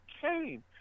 came